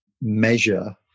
measure